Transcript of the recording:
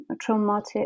traumatic